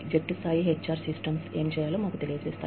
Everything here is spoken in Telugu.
జట్టు స్థాయి హెచ్ఆర్ వ్యవస్థలు మనం ఏమి చేయాలో తెలియజేసాయి